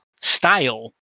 style